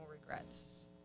regrets